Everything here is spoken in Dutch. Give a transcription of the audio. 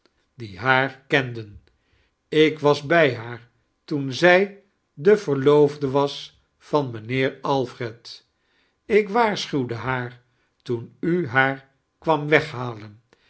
die haar kenden ik was bdj haar toen aij de verloofde was van mijniheer alfred ik waars chuwde haar toea u haar kwam weghalen